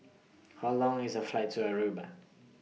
How Long IS The Flight to Aruba